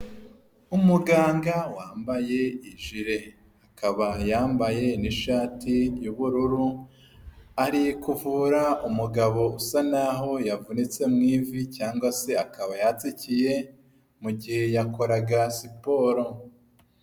Umuganga wambaye ijire akaba yambaye n'ishati y'ubururu arikuvura umugabo usa nkaho yavunitse mu ivi cyangwa se akaba yatsikiye mu gihe yakoraga siporo.